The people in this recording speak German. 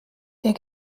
der